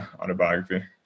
autobiography